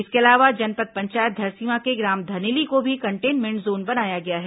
इसके अलावा जनपद पंचायत धरसींवा के ग्राम धनेली को भी कंटेनमेंट जोन बनाया गया है